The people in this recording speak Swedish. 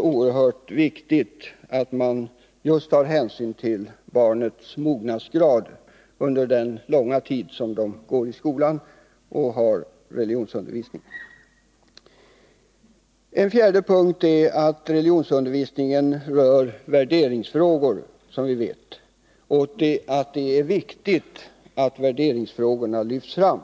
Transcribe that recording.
oerhört viktigt att man just tar hänsyn till barnens mognadsgrad under den långa tid då de går i skolan och får religionsundervisning. 4. En fjärde punkt är att religionsundervisningen, som vi vet, berör värderingsfrågor. Det är viktigt att värderingsfrågorna lyfts fram.